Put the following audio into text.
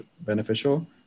beneficial